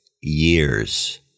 years